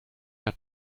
nach